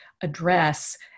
address